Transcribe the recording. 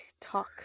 talk